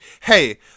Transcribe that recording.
hey